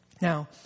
Now